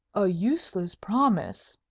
a useless promise,